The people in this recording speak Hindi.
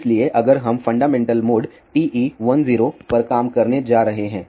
इसलिए अगर हम फंडामेंटल मोड TE10 पर काम करने जा रहे हैं